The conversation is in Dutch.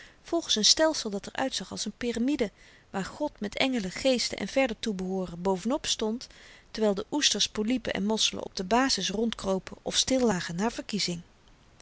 gaf volgde n stelsel dat er uitzag als n pyramide waar god met engelen geesten en verder toebehooren bovenop stond terwyl de oesters polipen en mosselen op de bazis rondkropen of stillagen naar verkiezing